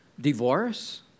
Divorce